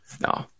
No